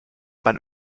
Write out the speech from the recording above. man